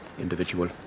individual